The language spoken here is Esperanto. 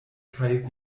kaj